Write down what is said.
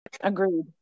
Agreed